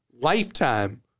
lifetime